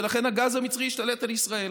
ולכן הגז המצרי ישתלט על ישראל.